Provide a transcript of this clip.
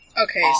Okay